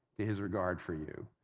to his regard for you.